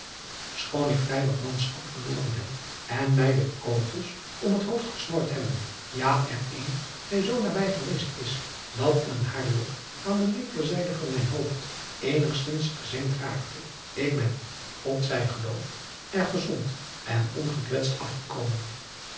choon ik vrij wat manschap verloren heb en mij de kogels om het hoofd gesnord hebben ja er een mij zoo nabij geweest is dat een hairlok aan de linkerzijde van mijn hoofd eenigzins gezengd raakte ik ben od zij geloofd er gezond en ongekwetst afgekomen